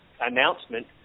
announcement